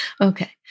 Okay